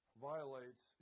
violates